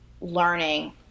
Learning